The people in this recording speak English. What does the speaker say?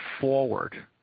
forward